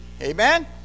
amen